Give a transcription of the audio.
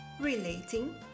relating